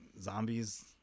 Zombies